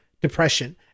depression